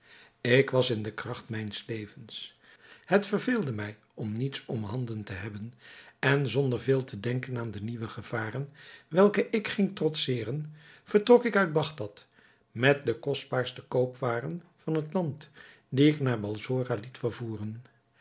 ik was in de kracht mijns levens het verveelde mij niets om handen te hebben en zonder veel te denken aan de nieuwe gevaren welke ik ging trotseren vertrok ik uit bagdad met de kostbaarste koopwaren van het land die ik naar balsora liet vervoeren